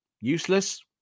useless